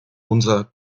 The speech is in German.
unser